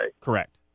Correct